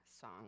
song